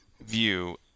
view